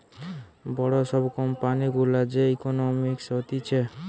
বড় সব কোম্পানি গুলার যে ইকোনোমিক্স হতিছে